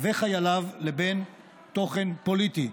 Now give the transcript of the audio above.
וחייליו לבין תוכן פוליטי.